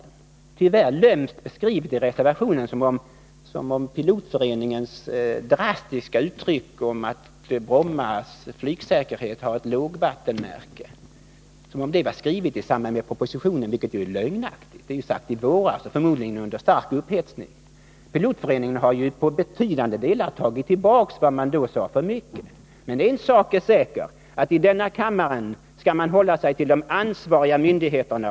Det är tyvärr lömskt beskrivet i reservationen som om Pilotföreningens drastiska uttryck att Brommas flygsäkerhet kommer att ligga under ett lågvattenmärke Nr 53 var skrivet i samband med propositionen, vilket ju är lögnaktigt. Detta sades i våras, förmodligen under stark upphetsning. Pilotföreningen har ju sedan i betydande delar tagit tillbaka vad man då sade. Men en sak är säker, och det är att i denna kammare skall man hålla sig till de ansvariga myndigheterna.